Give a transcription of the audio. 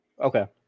Okay